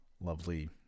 lovely